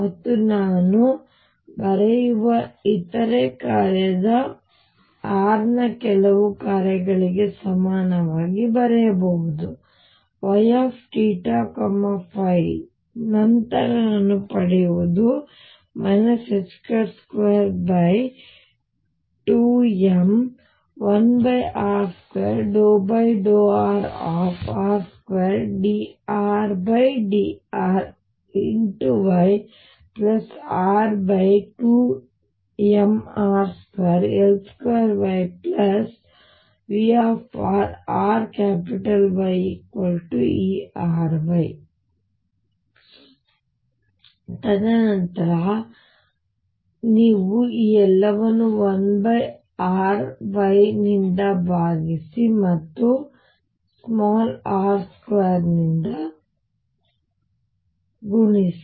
ಮತ್ತು ನಾನು ಬರೆಯುವ ಇತರ ಕಾರ್ಯದ R ನ ಕೆಲವು ಕಾರ್ಯಗಳಿಗೆ ಸಮನಾಗಿ ಬರೆಯಿರಿ Yθϕ ನಂತರ ನಾನು ಪಡೆಯುವುದು 22m1r2∂r r2dRdrYR2mr2L2YVrRYERY ತದನಂತರ ನೀವು ಈ ಎಲ್ಲವನ್ನು 1RY ನಿಂದ ಭಾಗಿಸಿ ಮತ್ತು r2 ರಿಂದ ಗುಣಿಸಿ